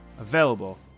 available